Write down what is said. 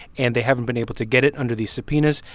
and they haven't been able to get it under these subpoenas.